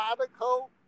radical